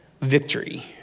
victory